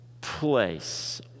place